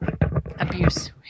abuse